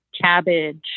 cabbage